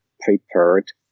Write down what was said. prepared